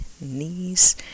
knees